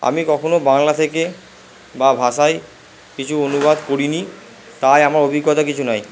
আমি কখনো বাংলা থেকে বা ভাষায় কিছু অনুবাদ করিনি তাই আমার অভিজ্ঞতা কিছু নাই